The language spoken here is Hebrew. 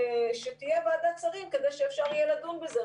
שתהיה ועדת שרים, כדי שאפשר יהיה לדון בזה.